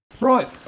Right